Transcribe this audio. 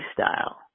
lifestyle